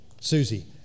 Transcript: Susie